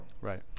Right